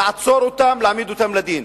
לעצור אותם ולהעמיד אותם לדין?